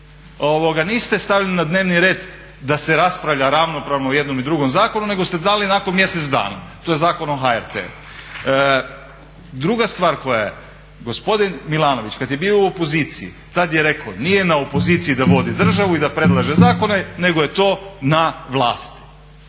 lošiji niste stavili na dnevni red da se raspravlja ravnopravno o jednom i drugom zakonu nego ste dali nakon mjesec dana. To je Zakon o HRT-u. Druga stvar koja je, gospodin Milanović kad je bio u opoziciji tad je rekao nije na opoziciji da vodi državu i da predlaže zakone nego je to na vlasti.